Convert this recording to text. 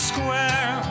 Square